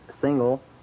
single